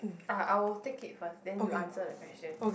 ah I will take it first then you answer the question